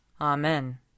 Amen